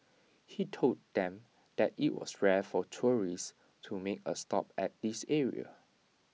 he told them that IT was rare for tourists to make A stop at this area